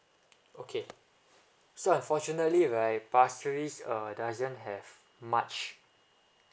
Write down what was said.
okay so unfortunately right pasir ris uh doesn't have much